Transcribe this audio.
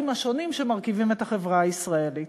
השונים שמרכיבים את החברה הישראלית.